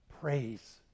praise